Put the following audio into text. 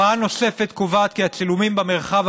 הוראה נוספת קובעת כי הצילומים במרחב